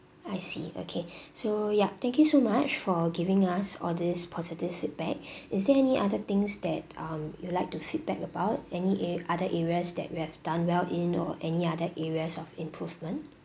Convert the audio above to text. I see okay so yup thank you so much for giving us all these positive feedback is there any other things that um you'd like to feedback about any a~ other areas that we have done well in or any other areas of improvement